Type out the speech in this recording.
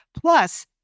plus